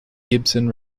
gibson